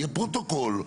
יהיה פרוטוקול.